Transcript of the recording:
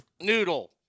Noodle